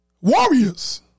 Warriors